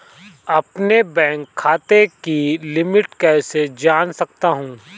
अपने बैंक खाते की लिमिट कैसे जान सकता हूं?